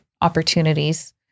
opportunities